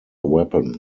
weapon